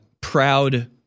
proud